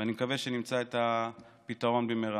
ואני מקווה שנמצא את הפתרון במהרה.